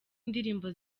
indirimbo